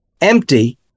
empty